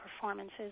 performances